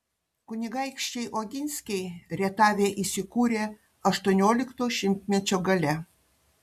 kunigaikščiai oginskiai rietave įsikūrė aštuoniolikto šimtmečio gale